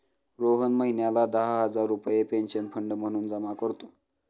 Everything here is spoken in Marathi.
रोहन महिन्याला दहा हजार रुपये पेन्शन फंड म्हणून जमा करतो